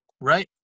Right